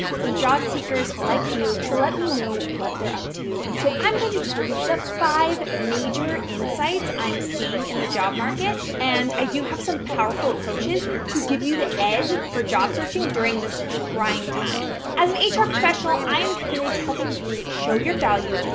from job seekers like you, to let me know what they're up to. and so i'm going to tell you the five major insights i'm seeing in the job market, and i do have some powerful approaches to give you the edge for job searching during this trying time. as an hr professional, i'm committed to helping you show your value,